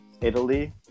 Italy